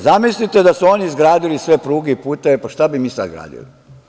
Zamislite da su oni izgradili sve pruge i puteve, pa šta bi mi sada gradili?